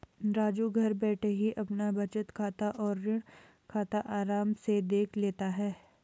राजू घर बैठे ही अपना बचत खाता और ऋण खाता आराम से देख लेता है